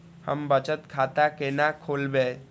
हम बचत खाता केना खोलैब?